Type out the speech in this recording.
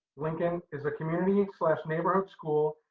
lincoln is a community neighborhood school.